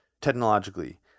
technologically